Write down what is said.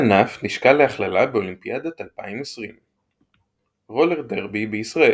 הענף נשקל להכללה באולימפיידת 2020. רולר דרבי בישראל